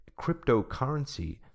cryptocurrency